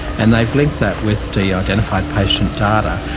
and they've linked that with de-identified patient data.